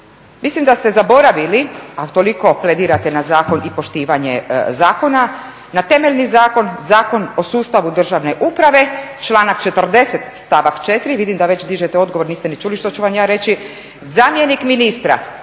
Mislim da ste zaboravili, a toliko pledirate na zakon i poštivanje zakona, na temeljni zakon, Zakon o sustavu državne uprave, članak 40., stavak 4, vidim da već dižete odgovor, niste ni čuli što ću vam ja reći, zamjenik ministra,